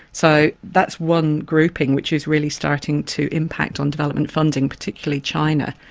so that's one grouping which is really starting to impact on development funding, particularly china.